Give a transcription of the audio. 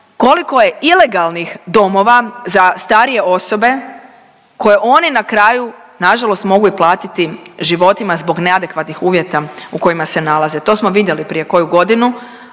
koliko je ilegalnih domova za starije osobe koje oni na kraju na žalost mogu i platiti životima zbog neadekvatnih uvjeta u kojima se nalaze. To smo vidjeli prije koju godinu,